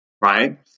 Right